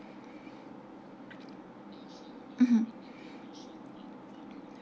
mmhmm